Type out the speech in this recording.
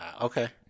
Okay